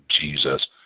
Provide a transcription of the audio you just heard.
Jesus